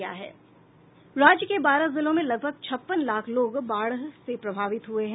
राज्य के बारह जिलों में लगभग छप्पन लाख लोग बाढ़ से प्रभावित हुए हैं